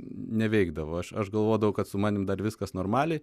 neveikdavo aš aš galvodavau kad su manim dar viskas normaliai